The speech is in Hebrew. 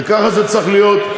וככה זה צריך להיות,